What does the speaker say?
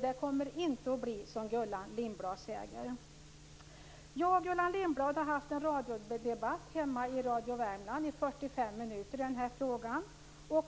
Det kommer inte att bli som Jag och Gullan Lindblad har haft en radiodebatt hemma i Radio Värmland, då vi talade om den här frågan i 45 minuter.